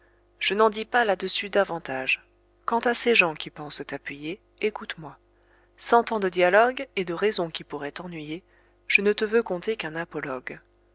je n'en dis pas là-dessus davantage quant à ces gens qui pensent t'appuyer écoute-moi sans tant de dialogue et de raisons qui pourraient t'ennuyer je ne te veux conter qu'un apologue